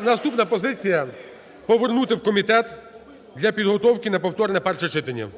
наступна позиція: повернути в комітет для підготовки на повторне перше читання.